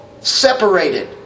separated